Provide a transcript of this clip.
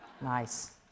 Nice